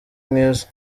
mwiza